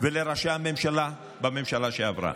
ולראשי הממשלה בממשלה שעברה,